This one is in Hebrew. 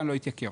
תתייקר.